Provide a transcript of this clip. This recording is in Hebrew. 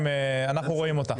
בצג.